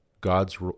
God's